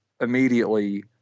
immediately